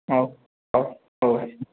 ହଉ ହଉ ହଉ